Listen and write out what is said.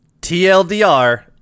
TLDR